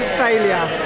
failure